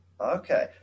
Okay